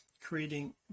creating